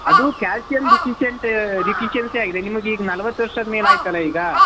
ಅದು calcium deficient deficiency ಆಗಿದೆ ನಿಮಗೆ ಈಗ ನಲವತ್ತು ವರ್ಷದ ಮೇಲೆ ಆಯಿತಲ್ಲ ಈಗ